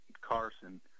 Carson